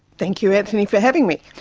thank you, antony, for having me.